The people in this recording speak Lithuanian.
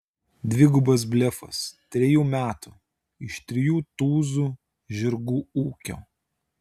dvigubas blefas trejų metų iš trijų tūzų žirgų ūkio